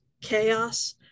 chaos